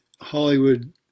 Hollywood